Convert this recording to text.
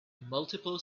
multiple